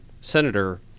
senator